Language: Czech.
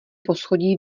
poschodí